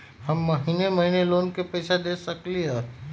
हम महिने महिने लोन के पैसा दे सकली ह?